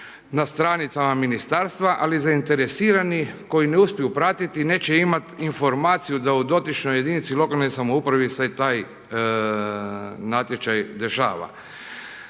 na stranicama ministarstva ali zainteresirani koji ne uspiju pratiti neće imati informaciju da u dotičnoj jedinici lokalne samouprave se taj natječaj dešava.